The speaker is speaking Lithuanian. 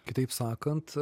kitaip sakant